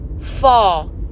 fall